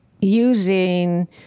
using